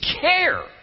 care